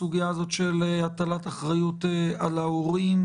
הסוגיה הזאת של הטלת אחריות על ההורים